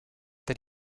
that